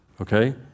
Okay